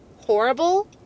horrible